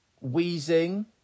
wheezing